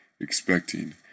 expecting